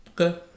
Okay